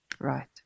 Right